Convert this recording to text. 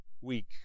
week